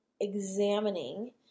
examining